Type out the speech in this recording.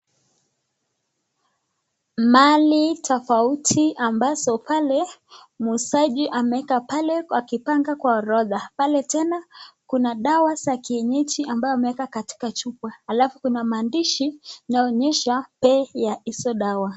Mali tofauti ambazo pale muuzaji ameeka pale akipanga kwa orodha. Pale tena kuna dawa za kienyeji ambao ameeka katika chupa alafu kuna maandishi inayoonyesha bei ya hizo dawa.